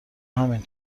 همین